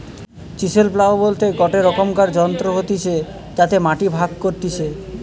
chisel plough বলতে গটে রকমকার যন্ত্র হতিছে যাতে মাটি ভাগ করতিছে